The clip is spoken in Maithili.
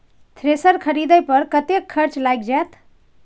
थ्रेसर खरीदे पर कतेक खर्च लाईग जाईत?